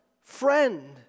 friend